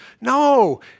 No